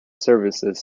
services